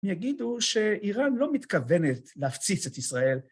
יגידו שאיראן לא מתכוונת להפציץ את ישראל.